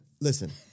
listen